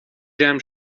جمع